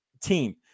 Team